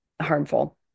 harmful